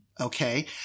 Okay